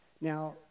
Now